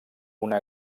una